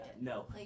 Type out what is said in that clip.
no